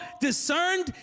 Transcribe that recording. discerned